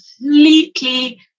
completely